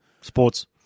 Sports